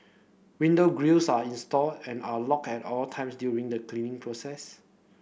window grilles are installed and are locked at all times during the cleaning process